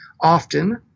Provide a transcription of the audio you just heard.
often